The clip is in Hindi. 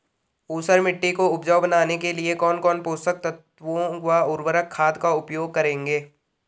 ऊसर मिट्टी को उपजाऊ बनाने के लिए कौन कौन पोषक तत्वों व उर्वरक खाद का उपयोग करेंगे?